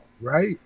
Right